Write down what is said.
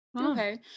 okay